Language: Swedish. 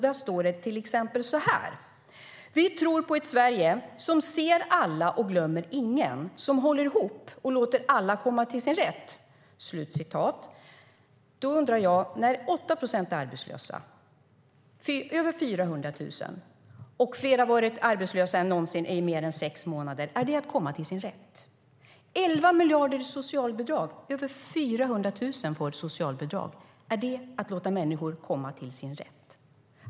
Där står det till exempel så här: "Vi tror på ett Sverige . som ser alla och glömmer ingen. Som håller ihop och låter alla komma till sin rätt." Då undrar jag: Att 8 procent är arbetslösa - över 400 000 - och att fler än någonsin har varit arbetslösa i mer än sex månader, är det att komma till sin rätt? 11 miljarder i socialbidrag - över 400 000 får socialbidrag. Är det att låta människor komma till sin rätt?